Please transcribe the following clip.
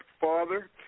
father